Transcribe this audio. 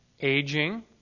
aging